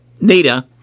Nita